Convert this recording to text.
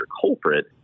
culprit